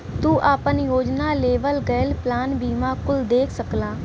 तू आपन योजना, लेवल गयल प्लान बीमा कुल देख सकला